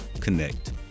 connect